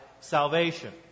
salvation